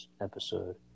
episode